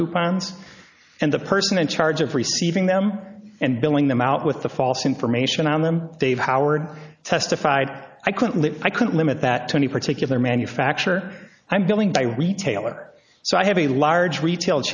coupons and the person in charge of receiving them and billing them out with the false information on them dave howard testified i couldn't live i could limit that to any particular manufacture i'm going by retailer so i have a large retail